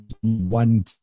one